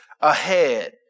ahead